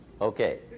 Okay